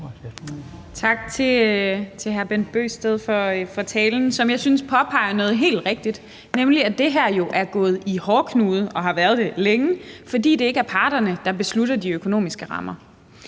Tak til hr. Bent Bøgsted for talen, som jeg synes påpeger noget helt rigtigt, nemlig at det her jo er gået i hårdknude og har været det længe, fordi det ikke er parterne, der beslutter de økonomiske rammer.